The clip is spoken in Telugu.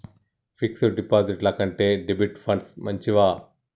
ఫిక్స్ డ్ డిపాజిట్ల కంటే డెబిట్ ఫండ్స్ మంచివా?